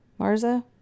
Marza